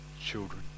children